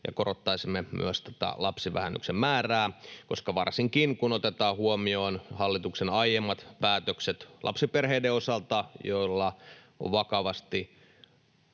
ja korottaisimme myös tätä lapsivähennyksen määrää, koska varsinkin kun otetaan huomioon hallituksen aiemmat päätökset lapsiperheiden osalta, joilla on vakavasti